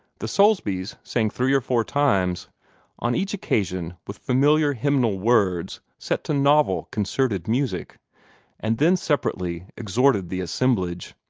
the soulsbys sang three or four times on each occasion with familiar hymnal words set to novel, concerted music and then separately exhorted the assemblage.